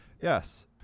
Yes